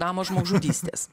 damos žmogžudystės